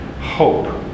hope